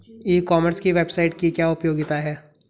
ई commerce की website की क्या उपयोगिता है?